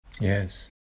Yes